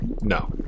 No